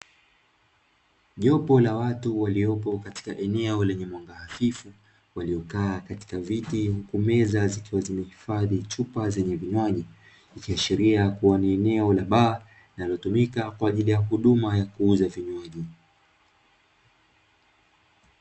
Jopo la watu waliopo katika eneo lenye mwanga hafifu, waliokaa katika viti huku meza zikiwa zimehifadhi chupa zenye vinywaji. Ikiashiria kuwa ni eneo la baa linalotumika kwaajili ya huduma ya kuuza vinywaji.